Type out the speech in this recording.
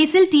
കേസിൽ ടി